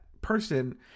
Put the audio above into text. person